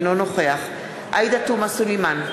אינו נוכח עאידה תומא סלימאן,